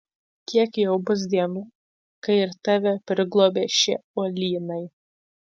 kiek jau bus dienų kai ir tave priglobė šie uolynai